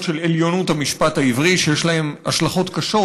של עליונות המשפט העברי שיש להם השלכות קשות,